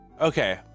okay